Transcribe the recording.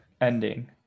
ending